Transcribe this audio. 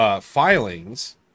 filings